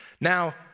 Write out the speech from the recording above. Now